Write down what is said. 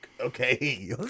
Okay